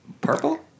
Purple